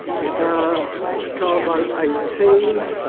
ah card vote eighteen,